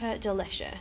delicious